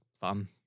fun